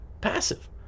passive